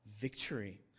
victory